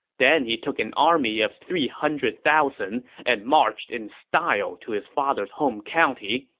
then he took an army of three hundred thousand and marched in style to his father's home county,